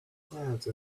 clouds